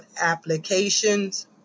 applications